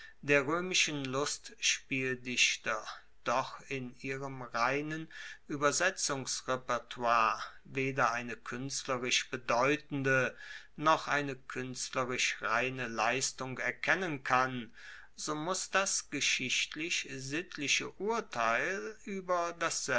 der roemischen lustspieldichter doch in ihrem reinen uebersetzungsrepertoire weder eine kuenstlerisch bedeutende noch eine kuenstlerisch reine leistung erkennen kann so muss das geschichtlich sittliche urteil ueber dasselbe